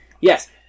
Yes